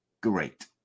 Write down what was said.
great